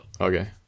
Okay